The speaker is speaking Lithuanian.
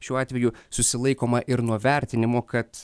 šiuo atveju susilaikoma ir nuo vertinimų kad